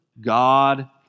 God